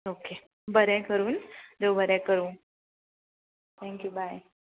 okay बरें करून देव बरें करूं थँक्यू बाय